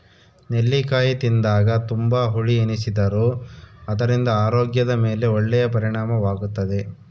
ನೆಲ್ಲಿಕಾಯಿ ತಿಂದಾಗ ತುಂಬಾ ಹುಳಿ ಎನಿಸಿದರೂ ಅದರಿಂದ ಆರೋಗ್ಯದ ಮೇಲೆ ಒಳ್ಳೆಯ ಪರಿಣಾಮವಾಗುತ್ತದೆ